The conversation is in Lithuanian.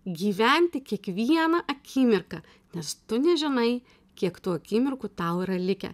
gyventi kiekvieną akimirką nes tu nežinai kiek tų akimirkų tau yra likę